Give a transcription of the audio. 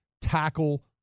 tackle